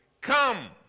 Come